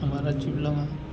અમારા જીલ્લામાં